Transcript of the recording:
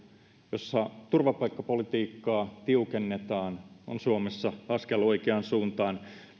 jolla turvapaikkapolitiikkaa tiukennetaan on suomessa askel oikeaan suuntaan